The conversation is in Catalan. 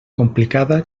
complicada